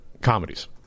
comedies